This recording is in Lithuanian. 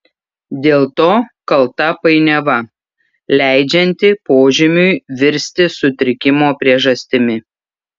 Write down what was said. dėl to kalta painiava leidžianti požymiui virsti sutrikimo priežastimi